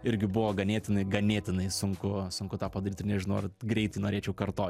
irgi buvo ganėtinai ganėtinai sunku sunku tą padaryt ir nežinau ar greitai norėčiau kartot